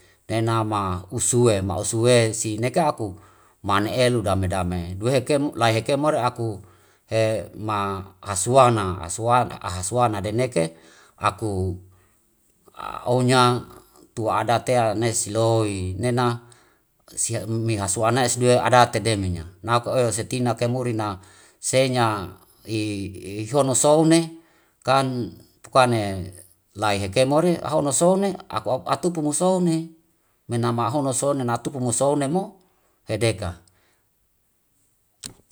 Nena ma usuwe, ma usuwe si neka aku ma elu dame dame due heke la heke more aku he ma asuana asuana dene ke aku onya tua adatea ne si loi nena mi hasuana esdue adate minya. Na ku'eo setina kemuri na senya ihono soune kan pukane lai heke mori ahono sone atupumu soene menama ma ahono soena natupu mo soene mo hedeka.